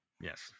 Yes